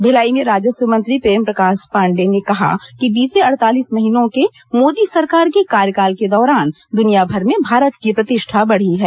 भिलाई में राजस्व मंत्री प्रेमप्रकाश पांडेय ने कहा कि बीते अड़तालीस महीनों के मोदी सरकार के कार्यकाल के दौरान दुनियाभर में भारत की प्रतिष्ठा बढ़ी है